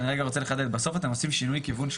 אתם עושים שינוי כיוון,